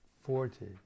forty